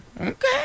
okay